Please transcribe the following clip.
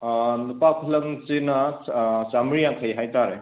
ꯅꯨꯄꯥ ꯈꯨꯂꯪꯁꯤꯅ ꯆꯥꯝꯃ꯭ꯔꯤ ꯌꯥꯡꯈꯩ ꯍꯥꯏ ꯇꯥꯔꯦ